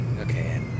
Okay